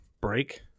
break